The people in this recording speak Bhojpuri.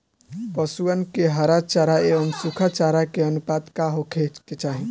पशुअन के हरा चरा एंव सुखा चारा के अनुपात का होखे के चाही?